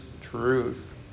truth